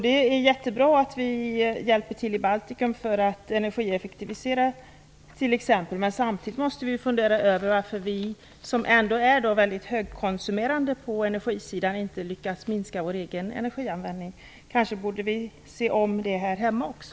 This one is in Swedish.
Det är jättebra att vi hjälper till i Baltikum för att t.ex. energieffektivisera, men samtidigt måste vi fundera över varför vi, som ändå är högkonsumerande på energisidan, inte lyckas minska vår egen energianvändning. Kanske vi borde se om det här hemma också.